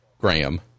Graham